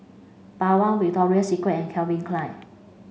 Bawang Victoria Secret and Calvin Klein